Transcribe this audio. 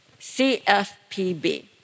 CFPB